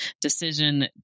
decision